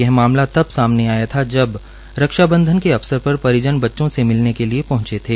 यह मामला तब सामने आया था जब रक्षाबंधन के अवसर पर परिजन बच्चों से मिलने के लिए पहंचे थे